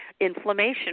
inflammation